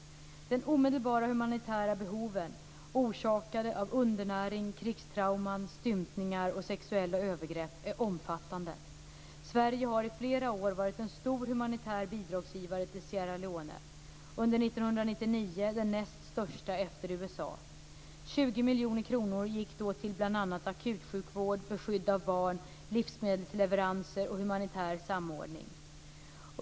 De omedelbara humanitära behoven, orsakade av undernäring, krigstrauman, stympningar och sexuella övergrepp, är omfattande. Sverige har i flera år varit en stor humanitär bidragsgivare till Sierra Leone, under 1999 den näst största efter USA. 20 miljoner kronor gick då till bl.a. akutsjukvård, beskydd av barn, livsmedelsleveranser och humanitär samordning.